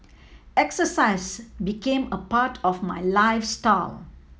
exercise became a part of my